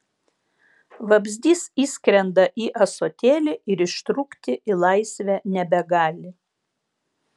vabzdys įskrenda į ąsotėlį ir ištrūkti į laisvę nebegali